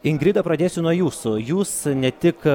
ingrida pradėsiu nuo jūsų jūs ne tik